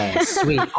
sweet